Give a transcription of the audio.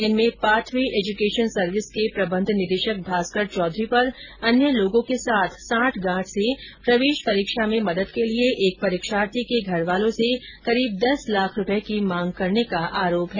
इनमें Pathway education service के प्रबंध निदेशक भास्कर चौधरी पर अन्य लोगों के साथ साठगांठ से प्रवेश परीक्षा में मदद के लिए एक परीक्षार्थी के घरवालों से करीब दस लाख रूपये की मांग करने का आरोप है